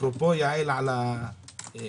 אפרופו, יעל, על האגרה